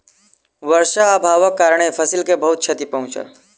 वर्षा अभावक कारणेँ फसिल के बहुत क्षति पहुँचल